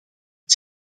dit